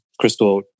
Crystal